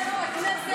בלי מחיאות כפיים.